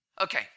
Okay